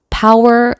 power